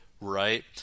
right